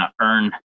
earn